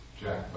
Jack